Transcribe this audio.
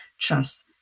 trust